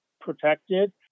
protected